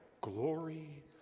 glory